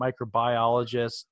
microbiologist